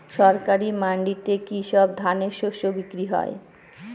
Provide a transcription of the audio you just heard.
সরকারি মান্ডিতে কি সব ধরনের শস্য বিক্রি হয়?